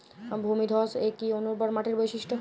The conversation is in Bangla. ভূমিধস কি অনুর্বর মাটির বৈশিষ্ট্য?